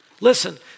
Listen